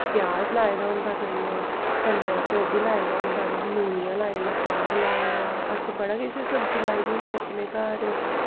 प्याज लाए दा होंदा कन्नै कन्नै असें ओह् बी लाए दा होंदा केह् आखदे मूलियां लाई दियां साग लाए दा असें बड़ा किश सब्जी लाई दी होंदी अपने घर